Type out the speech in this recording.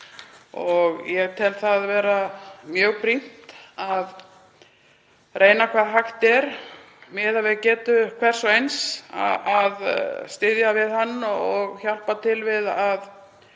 Ég tel það vera mjög brýnt að reyna eins og hægt er miðað við getu hvers að styðja við hann og hjálpa til við að